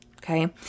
Okay